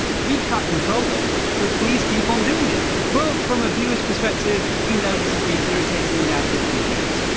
we can't control it. so please keep on doing it. but, from a viewer's perspective, we know this has been irritating you now for a few weeks.